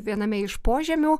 viename iš požemių